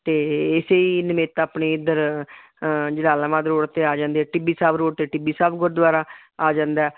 ਅਤੇ ਇਸੇ ਹੀ ਨਮਿਤ ਆਪਣੇ ਇੱਧਰ ਜਲਾਲਾਬਾਦ ਰੋਡ 'ਤੇ ਆ ਜਾਂਦੇ ਆ ਟਿੱਬੀ ਸਾਹਿਬ ਰੋਡ 'ਤੇ ਟਿੱਬੀ ਸਾਹਿਬ ਗੁਰਦੁਆਰਾ ਆ ਜਾਂਦਾ